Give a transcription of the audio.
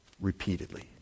repeatedly